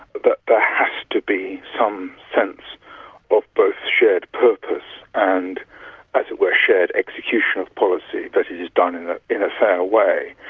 that there has to be some sense of both shared purpose and as it were shared execution of policy that it is done in ah in a fair way.